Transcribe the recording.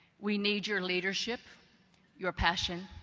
we need your leadership your passion.